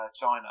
China